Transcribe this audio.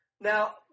Now